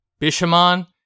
Bishamon